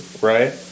right